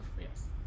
Yes